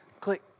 click